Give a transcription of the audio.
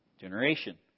generation